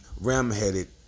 ram-headed